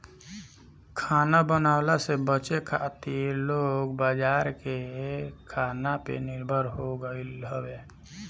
खाना बनवला से बचे खातिर लोग बाजार के खाना पे निर्भर हो गईल हवे